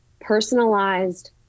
Personalized